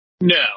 No